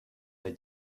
they